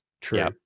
true